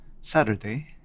saturday